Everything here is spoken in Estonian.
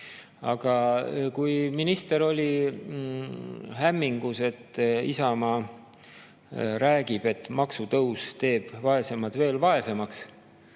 Kuna minister oli hämmingus, et Isamaa räägib, et maksutõus teeb vaesemad veel vaesemaks,